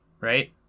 Right